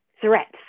threats